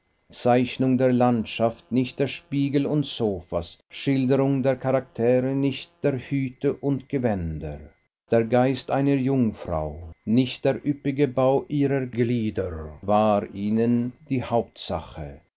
zeichnung der landschaft nicht der spiegel und sofas schilderung der charaktere nicht der hüte und gewänder der geist einer jungfrau nicht der üppige bau ihrer glieder war ihnen die hauptsache